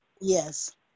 Yes